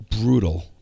brutal